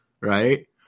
right